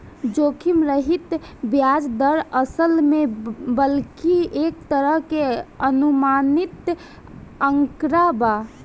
जोखिम रहित ब्याज दर, असल में बल्कि एक तरह के अनुमानित आंकड़ा बा